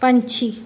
ਪੰਛੀ